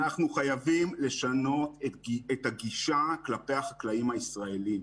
אנחנו חייבים לשנות את הגישה כלפי החקלאים הישראלים.